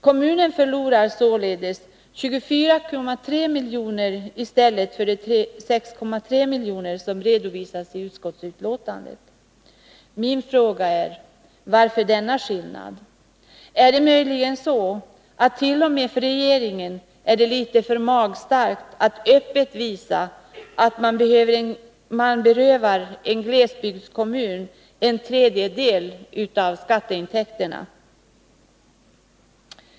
Kommunen förlorar således 24,3 miljoner i stället för de 6,3 miljoner som redovisas i utskottsbetänkandet. Min fråga är: Varför denna skillnad? Är det möjligen så att det t.o.m. för regeringen är litet för magstarkt att öppet visa att man berövar en glesbygdskommun en tredjedel av skatteintäkterna?